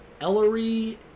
Ellery